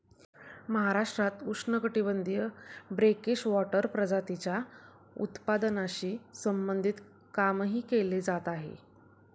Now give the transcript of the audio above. महाराष्ट्रात उष्णकटिबंधीय brackish water प्रजातींच्या उत्पादनाशी संबंधित कामही केले जात आहे